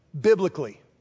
biblically